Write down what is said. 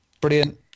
brilliant